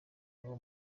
b’uwo